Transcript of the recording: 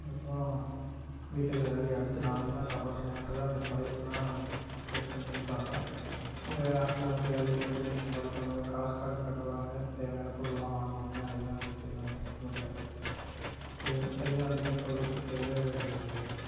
அதுக்கப்புறம் வீட்டில் இருக்கிற வேலையை அடுத்து நாளைக்கு என்ன சாப்பாடு செய்லாம்ன்றத அந்த பழசைலாம் கரெக்ட் பண்ணி வைப்பாங்க அப்படியே ஆண்கள் வந்து வேலைக்கு போய்ட்டு சம்பாதிப்பாங்க காசு கடன் கட்டுவாங்க தேவையான பொருளெல்லாம் வாங்குவாங்க அதுதான் வந்து செய்வாங்க குடும்பத்தில் இது வந்து சரியாக ரெண்டு பேர் பகிர்ந்து செய்கிற வேலை